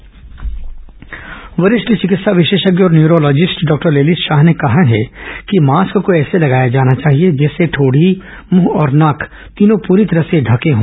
doctor appeal वरिष्ठ चिकित्सा विशेषज्ञ और न्यूरोलॉजिस्ट डॉक्टर ललित शाह ने कहा है कि मास्क को ऐसे लगाया जाना चाहिए जिससे ठोढ़ी मुंह और नाक तीनों पूरी तरह से ढंके हो